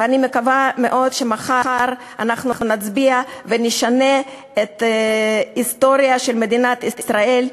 ואני מקווה מאוד שמחר אנחנו נצביע ונשנה את ההיסטוריה של מדינת ישראל,